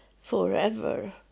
forever